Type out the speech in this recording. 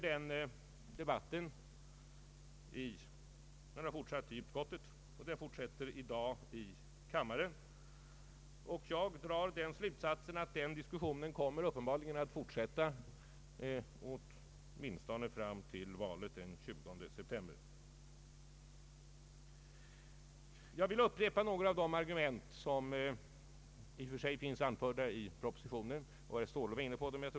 Denna debatt har fortsatt i utskottet, den fortsätter i dag i kammaren, och jag drar slutsatsen alt den uppenbarligen kommer att fortsätta åtminstone fram till valet den 20 september. Jag vill upprepa några av de argument som i och för sig finns anförda i propositionen; herr Ståhle var inne på dem.